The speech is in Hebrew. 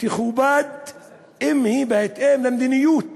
תכובד אם היא בהתאם למדיניות